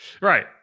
Right